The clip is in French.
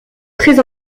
très